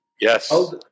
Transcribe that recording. Yes